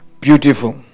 Beautiful